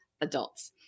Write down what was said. Adults